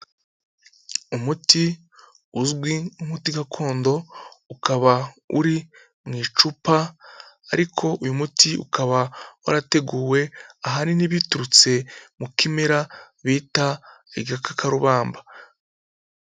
Umuti uzwi nk'umuti gakondo, ukaba uri mu icupa ariko uyu muti ukaba warateguwe ahanini biturutse mu kimera bita igakakarubamba.